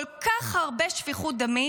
כל כך הרבה שפיכות דמים,